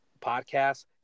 podcast